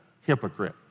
hypocrite